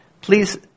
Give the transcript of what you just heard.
Please